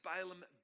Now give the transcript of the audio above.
Balaam